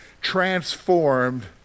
transformed